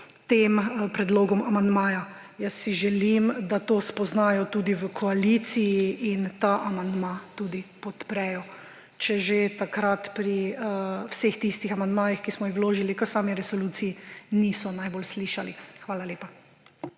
tem predlogom amandmaja. Želim si, da to spoznajo tudi v koaliciji in ta amandma podprejo, če že takrat pri vseh tistih amandmajih, ki smo jih vložili k sami resoluciji, niso najbolj slišali. Hvala lepa.